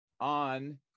on